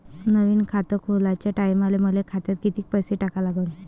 नवीन खात खोलाच्या टायमाले मले खात्यात कितीक पैसे टाका लागन?